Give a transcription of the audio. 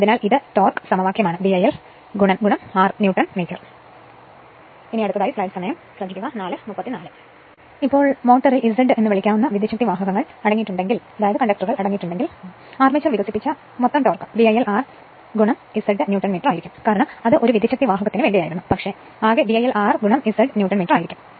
അതിനാൽ ഇത് ടോർക്ക് സമവാക്യമാണ് B IL r newton metre ഇപ്പോൾ മോട്ടോറിൽ Z എന്ന് വിളിക്കാവുന്ന വിദ്യൂച്ഛക്തിവാഹകങ്ങൾ അടങ്ങിയിട്ടുണ്ടെങ്കിൽ ആർമേച്ചർ വികസിപ്പിച്ച മൊത്തം torque BIL r Z newton മീറ്ററായിരിക്കും കാരണം അത് ഒരു വിദ്യൂച്ഛക്തിവാഹകത്തിനു വേണ്ടിയായിരുന്നു പക്ഷേ ആകെ BIL r Z ന്യൂട്ടൺ മീറ്ററായിരിക്കും